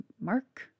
Mark